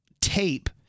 tape